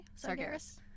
Sargeras